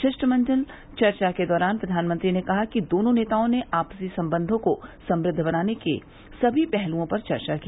शिष्टमंडल चर्चा के दौरान प्रघानमंत्री ने कहा कि दोनों नेताओं ने आपसी संबंधों को समृद्ध बनाने के सभी पहलूओं पर चर्चा की